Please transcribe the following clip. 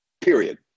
period